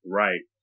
right